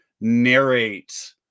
narrate